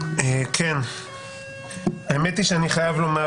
האמת היא שאני חייב לומר